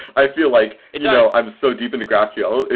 i feel like and you know i'm so deep into graphql.